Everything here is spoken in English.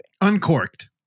uncorked